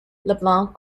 leblanc